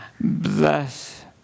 bless